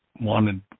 wanted